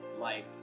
life